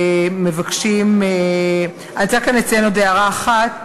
אני רוצה לציין כאן עוד הערה אחת.